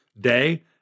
day